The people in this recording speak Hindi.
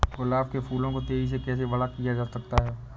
गुलाब के फूलों को तेजी से कैसे बड़ा किया जा सकता है?